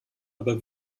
aber